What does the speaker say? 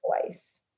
twice